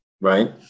right